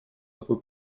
такое